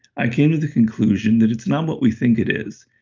i came to the conclusion that it's not what we think it is.